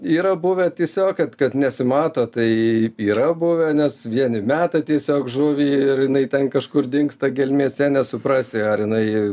yra buvę tiesiog kad kad nesimato tai yra buvę nes vieni meta tiesiog žuvį ir jinai ten kažkur dingsta gelmėse nesuprasi ar jinai